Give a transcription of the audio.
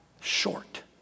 short